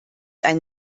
ein